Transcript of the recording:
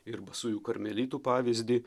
ir basųjų karmelitų pavyzdį